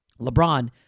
LeBron